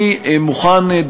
אני מוכן,